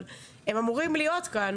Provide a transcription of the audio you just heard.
אבל הם אמורים להיות כאן,